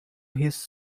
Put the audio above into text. his